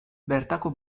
bertako